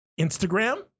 Instagram